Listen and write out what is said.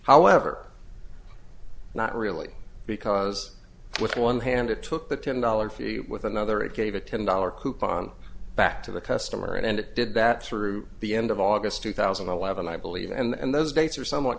however not really because with one hand it took the ten dollars fee with another it gave a ten dollar coupon back to the customer and it did that through the end of august two thousand and eleven i believe and those dates are somewhat